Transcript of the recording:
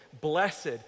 blessed